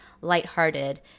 lighthearted